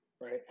right